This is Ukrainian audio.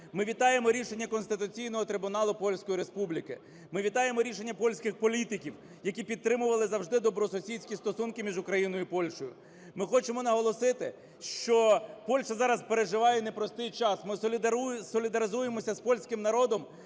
Ми вітаємо рішення Конституційного трибуналу Польської Республіки. Ми вітаємо рішення польських політиків, які підтримували завжди добросусідські стосунки між Україною і Польщею. Ми хочемо наголосити, що Польща зараз переживає непростий час. Ми солідаризуємося з польським народом